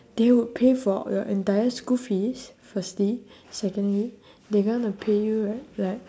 they would pay for your entire school fees firstly secondly they gonna pay you li~ like